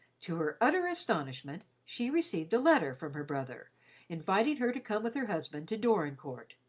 to her utter astonishment, she received a letter from her brother inviting her to come with her husband to dorincourt.